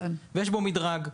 ויש בו מדרג.